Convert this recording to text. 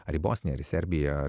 ar į bosniją ar į serbiją